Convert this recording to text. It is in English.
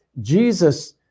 Jesus